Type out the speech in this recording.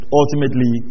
ultimately